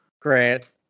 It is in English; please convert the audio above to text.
Grant